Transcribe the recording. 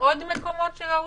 עוד מקומות שיהיו.